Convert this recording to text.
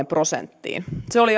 prosenttiin se oli